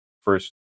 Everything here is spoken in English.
first